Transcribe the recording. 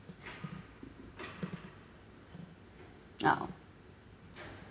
now